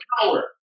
power